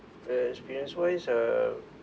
uh experience-wise uh